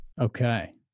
Okay